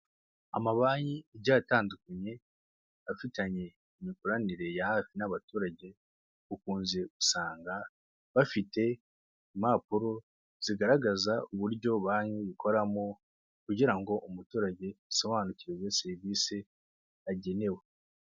Amabanki agiye atandukanye, afitanye imikoranire ya hafi n'abaturage, ukunze gusanga bafite impapuro zigaragaza uburyo banki ikoramo kugira ngo umuturage asobanukirwe serivisi agenewe.